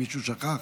אם מישהו שכח,